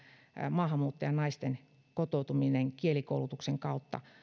maahanmuuttajanaisten kotoutuminen kielikoulutuksen kautta